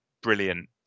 brilliant